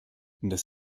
das